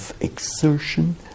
exertion